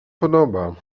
podoba